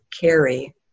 carry